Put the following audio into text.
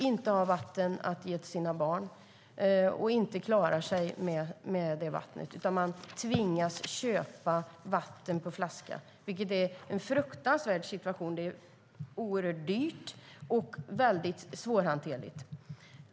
De har inte vatten att ge sina barn och klarar sig inte med det vatten de har, utan de tvingas köpa vatten på flaska. Det är en fruktansvärd situation. Det är oerhört dyrt och väldigt svårhanterligt.